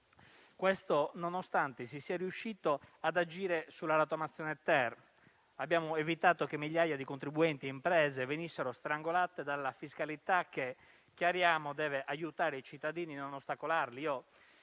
e ciò nonostante si sia riusciti ad agire sulla rottamazione-*ter*, evitando che migliaia di contribuenti e imprese venissero strangolati dalla fiscalità che - chiariamo - deve aiutare i cittadini e non ostacolarli.